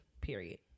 period